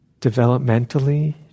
developmentally